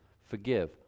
Forgive